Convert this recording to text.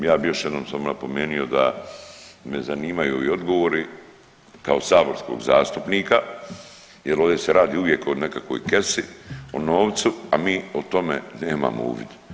Ja bih još jednom samo napomenuo da me zanimaju i odgovori kao saborskog zastupnika jel ovdje se radi uvijek o nekakvoj kesi, o novcu, a mi o tome nemamo uvid.